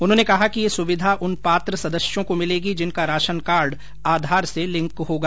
उन्होंने कहा कि यह सुविधा उन पात्र सदस्यों को मिलेगी जिनका राशन कार्ड आधार से लिंक होगा